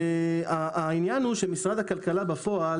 העניין הוא שמשרד הכלכלה בפועל,